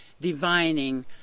divining